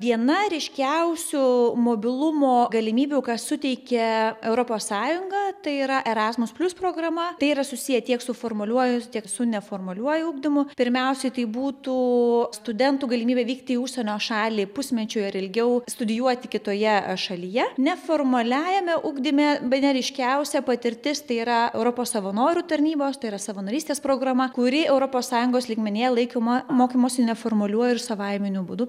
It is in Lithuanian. viena ryškiausių mobilumo galimybių ką suteikia europos sąjunga tai yra erasmus plius programa tai yra susiję tiek su formaliuoju tiek su neformaliuoju ugdymu pirmiausiai tai būtų studentų galimybė vykti į užsienio šalį pusmečiui ar ilgiau studijuoti kitoje šalyje neformaliajame ugdyme bene ryškiausia patirtis tai yra europos savanorių tarnybos tai yra savanorystės programa kuri europos sąjungos lygmenyje laikoma mokymosi neformaliuoju ir savaiminiu būdu